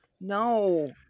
no